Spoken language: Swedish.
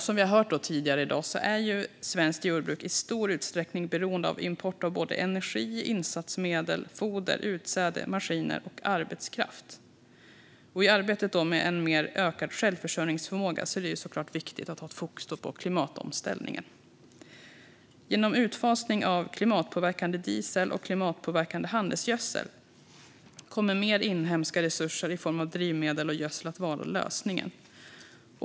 Som vi har hört tidigare i dag är svenskt jordbruk i stor utsträckning beroende av import av energi, insatsmedel, foder, utsäde, maskiner och arbetskraft. I arbetet med en ökad självförsörjningsförmåga är det såklart viktigt att ha ett fokus på klimatomställningen. Genom utfasning av klimatpåverkande diesel och klimatpåverkande handelsgödsel kommer mer inhemska resurser i form av drivmedel och gödsel att vara lösningen.